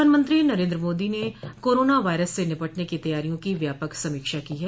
प्रधानमंत्री नरेंद्र मोदी ने corona virus से निपटने की तैयारियों की व्यापक समीक्षा की है